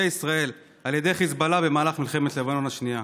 ישראל על ידי חיזבאללה במהלך מלחמת לבנון השנייה.